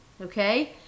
okay